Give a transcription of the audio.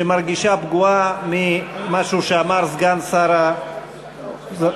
שמרגישה פגועה ממשהו שאמר סגן השר במשרד ראש הממשלה.